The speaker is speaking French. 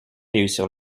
réussir